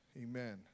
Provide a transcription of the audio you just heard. amen